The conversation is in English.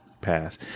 pass